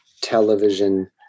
television